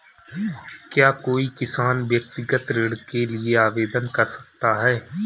क्या कोई किसान व्यक्तिगत ऋण के लिए आवेदन कर सकता है?